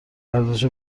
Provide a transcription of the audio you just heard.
ارزش